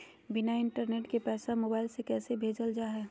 बिना इंटरनेट के पैसा मोबाइल से कैसे भेजल जा है?